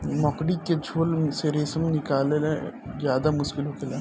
मकड़ी के झोल से रेशम निकालल ज्यादे मुश्किल होखेला